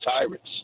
tyrants